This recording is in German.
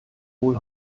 wohl